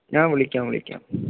ഞാൻ വിളിക്കാം വിളിക്കാം